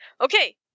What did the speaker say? okay